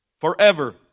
Forever